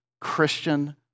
Christian